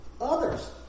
Others